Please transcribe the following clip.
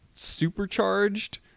Supercharged